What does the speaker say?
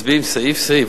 מצביעים סעיף-סעיף.